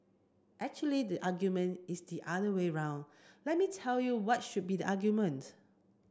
actually the argument is the other way round let me tell you what should be the argument